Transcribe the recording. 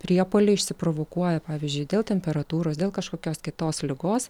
priepuoliai išsiprovokuoja pavyzdžiui dėl temperatūros dėl kažkokios kitos ligos